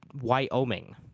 Wyoming